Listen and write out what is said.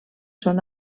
són